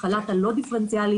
החל"ת הלא דיפרנציאלי,